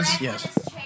Yes